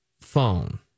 phone